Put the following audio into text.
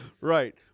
Right